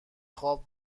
خواب